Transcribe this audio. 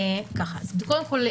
קודם כול,